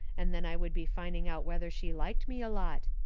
and then i would be finding out whether she liked me a lot.